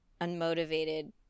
unmotivated